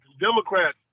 Democrats